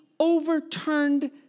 overturned